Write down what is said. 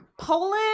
Poland